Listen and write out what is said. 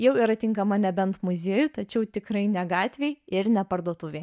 jau yra tinkama nebent muziejui tačiau tikrai ne gatvei ir ne parduotuvei